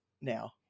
now